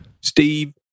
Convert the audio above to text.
Steve